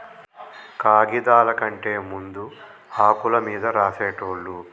కాగిదాల కంటే ముందు ఆకుల మీద రాసేటోళ్ళు